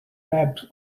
labs